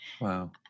Wow